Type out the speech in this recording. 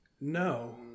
no